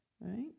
right